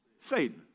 Satan